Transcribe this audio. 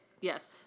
yes